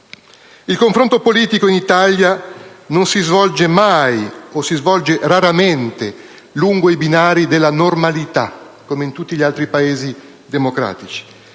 Il confronto politico in Italia non si svolge mai, o si svolge raramente, lungo i binari della normalità, come in tutti gli altri Paesi democratici.